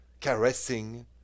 caressing